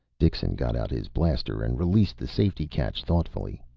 dixon got out his blaster and released the safety catch thoughtfully.